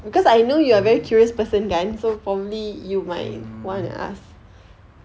mm